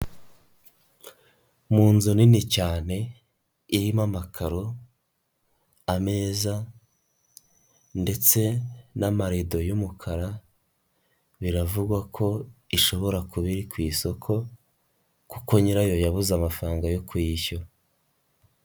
Mu inzu nini cyane irimo amakaro, ameza ndetse n'amarado y'umukara, biravugwa ko ishobora kuba iri ku isoko kuko nyirayo yabuze amafaranga yo kuyishyura.